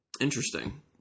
Interesting